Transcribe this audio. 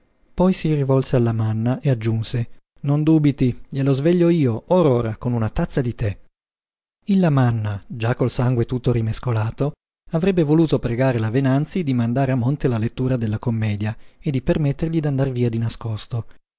poi si volse al lamanna e aggiunse non dubiti glielo sveglio io or ora con una tazza di tè il lamanna già col sangue tutto rimescolato avrebbe voluto pregare la venanzi di mandare a monte la lettura della commedia e di permettergli d'andar via di nascosto